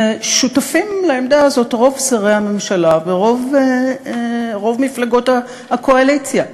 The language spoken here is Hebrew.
ושותפים לעמדה הזאת רוב שרי הממשלה ורוב מפלגות הקואליציה.